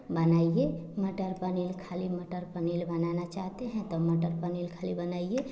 बनाइए मटर पनीर खाली मटर पनील बनाना चाहते हैं तो पटर पनीर खाली बनाइए